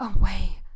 away